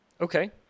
Okay